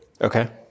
Okay